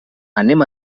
anem